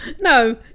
No